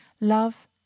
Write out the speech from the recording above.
Love